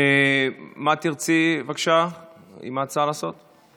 מה תרצי לעשות עם ההצעה, בבקשה?